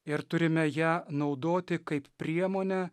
ir turime ją naudoti kaip priemonę